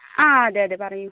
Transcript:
ആ അതെയതെ പറയൂ